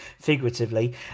figuratively